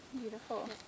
Beautiful